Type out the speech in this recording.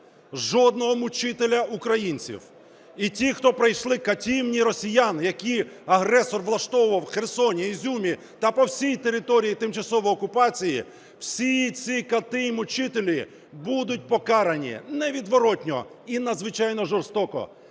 жодного мучителя українців і ті, хто пройшли катівні росіян, які агресор влаштовував в Херсоні, Ізюмі та по всій території тимчасової окупації... Всі ці кати і мучителі будуть покарані невідворотно і надзвичайно жорстоко.